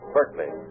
Berkeley